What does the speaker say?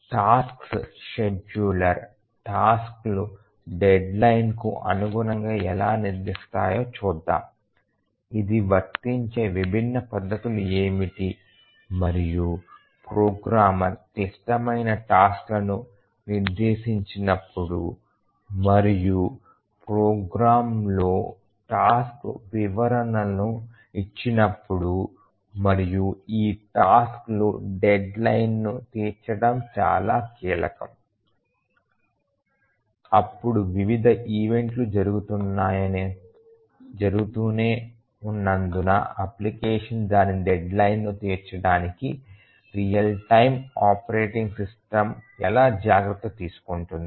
tasks scheduler టాస్క్లు deadline కు అనుగుణంగా ఎలా నిర్ధారిస్తాయో చూద్దాం ఇది వర్తించే విభిన్న పద్ధతులు ఏమిటి మరియు ప్రోగ్రామర్ క్లిష్టమైన టాస్క్లను నిర్దేశించినప్పుడు మరియు ప్రోగ్రామ్లో టాస్క్ వివరణలను ఇచ్చినప్పుడు మరియు ఈ టాస్క్లు డెడ్ లైన్ ను తీర్చడం చాలా కీలకం అప్పుడు వివిధ ఈవెంట్ లు జరుగుతూనే ఉన్నందున అప్లికేషన్ దాని డెడ్ లైన్ ను తీర్చడానికి రియల్ టైమ్ ఆపరేటింగ్ సిస్టమ్ ఎలా జాగ్రత్త తీసుకుంటుంది